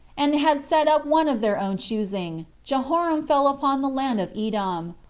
and had set up one of their own choosing, jehoram fell upon the land of edom,